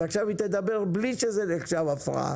אז עכשיו היא תדבר בלי שזה נחשב הפרעה.